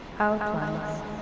Outlines